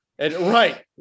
Right